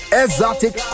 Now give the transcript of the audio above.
exotic